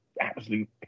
absolute